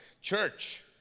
church